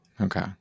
Okay